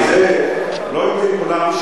כי זה, לא יודעים כולם.